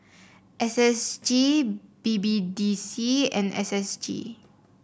S S G B B D C and S S G